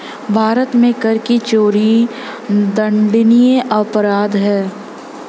भारत में कर की चोरी दंडनीय अपराध है